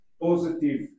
positive